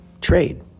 trade